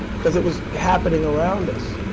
because it was happening around us.